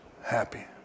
happy